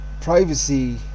privacy